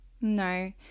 No